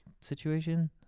situation